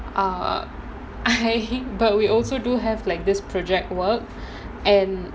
err I but we also do have like this project work and